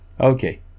okay